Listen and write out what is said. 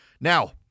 Now